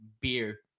beer